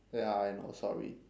oh ya I know sorry